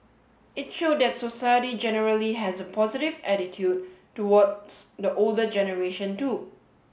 it showed that society generally has a positive attitude towards the older generation too